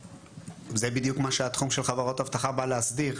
זה בדיוק מה שהתחום של חברות אבטחה בא להסדיר,